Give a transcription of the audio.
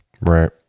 Right